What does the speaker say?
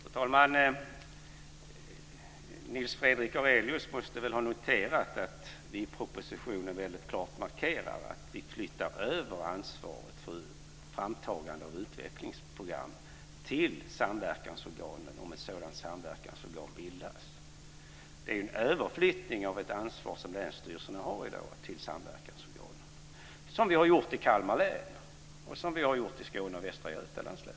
Fru talman! Nils Fredrik Aurelius måste väl ha noterat att vi i propositionen väldigt klart markerar att vi flyttar över ansvaret för framtagande av utvecklingsprogram till samverkansorganet om ett sådant samverkansorgan bildas. Det är en överflyttning av ett ansvar som länsstyrelserna har i dag till samverkansorganet. Så har vi gjort i Kalmar län. Så har vi också gjort i Skåne och i Västra Götalands län.